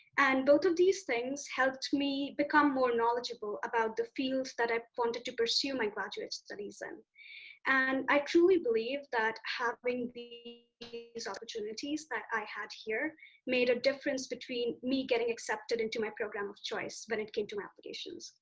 and both of these things helped me become more knowledgeable about the fields that i wanted to pursue in my graduate studies. and and i truly believe that having the opportunities that i had here made a difference between me getting accepted into my program of choice when it came to applications.